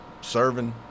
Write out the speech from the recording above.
serving